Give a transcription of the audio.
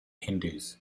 hindus